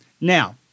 Now